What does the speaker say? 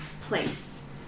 place